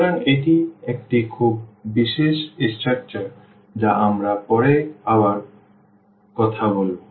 সুতরাং এটি একটি খুব বিশেষ স্ট্রাকচার যা আমরা পরে আরো কথা বলব